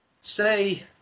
Say